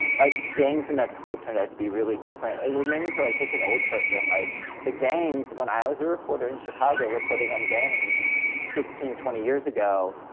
like gangs in that school turned out to be really different. it made me feel like such an old person. like the gangs, when i was a reporter in chicago reporting on gangs fifteen, twenty years ago,